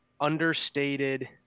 understated